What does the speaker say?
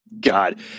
God